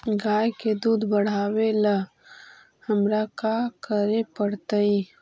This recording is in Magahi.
गाय के दुध बढ़ावेला हमरा का करे पड़तई?